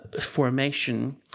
formation